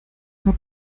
vor